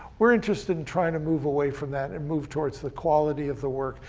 we're interested in trying to move away from that, and move towards the quality of the work,